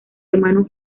hermano